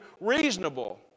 reasonable